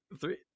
three